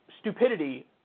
stupidity